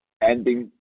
Ending